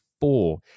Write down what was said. four